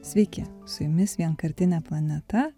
sveiki su jumis vienkartinė planeta